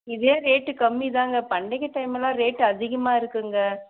இதே ரேட்டு கம்மிதாங்க பண்டிகை டைம்லாம் ரேட் அதிகமாக இருக்குங்க